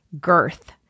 girth